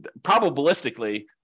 probabilistically